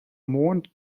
mond